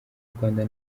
rwanda